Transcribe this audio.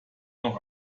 noch